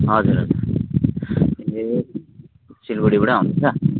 हजुर हजुर ए सिलगडीबाटै आउँदैछ